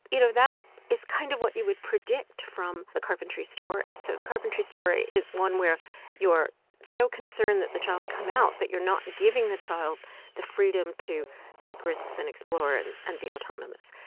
you know that is kind of what you would predict from the carpentry story so the carpentry story is one where you're so concerned that the child come out that you're not giving the child the freedom to take risks and explore and and be autonomous.